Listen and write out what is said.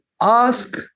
ask